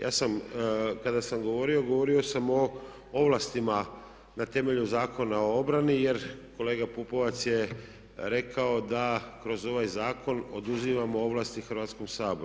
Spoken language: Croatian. Ja sam kada sam govorio, govorio sam o ovlastima na temelju Zakona o obrani jer kolega Pupovac je rekao da kroz ovaj zakon oduzimamo ovlasti Hrvatskom saboru.